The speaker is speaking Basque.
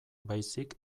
baizik